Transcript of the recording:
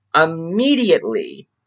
immediately